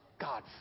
God